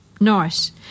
Nice